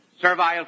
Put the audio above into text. servile